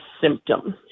symptom